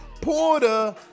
porter